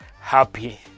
happy